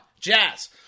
Jazz